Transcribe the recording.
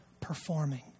performing